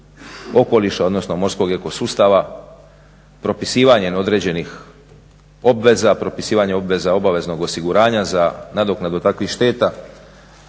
okoliša, odnosno morskog eko sustava, propisivanje određenih obveza, propisivanje obveza obaveznog osiguranja za nadoknadu takvih šteta,